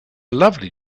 lovely